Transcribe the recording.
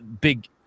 big